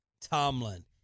tomlin